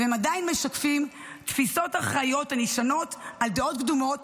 והם עדיין משקפים תפיסות ארכאיות הנשענות על דעות קדומות